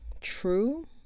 true